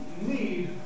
need